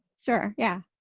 sure. yeah.